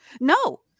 no